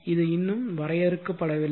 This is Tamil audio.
இது இன்னும் வரையறுக்கப்படவில்லை